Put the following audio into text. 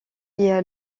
via